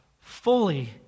fully